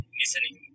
listening